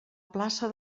plaça